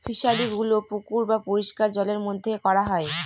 ফিশারিগুলো পুকুর বা পরিষ্কার জলের মধ্যে করা হয়